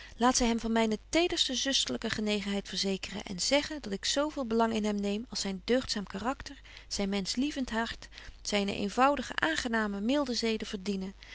laat zy hem van myne tederste zusterlyke genegenheid verzekeren en zeggen dat ik zo veel belang in hem neem als zyn deugdzaam karakter zyn menschlievend hart zyne eenvoudige aangename milde zeden verdienen